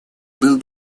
был